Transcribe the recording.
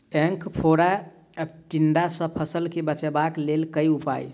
ऐंख फोड़ा टिड्डा सँ फसल केँ बचेबाक लेल केँ उपाय?